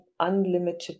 unlimited